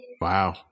Wow